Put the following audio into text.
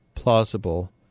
Plausible